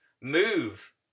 move